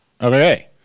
Okay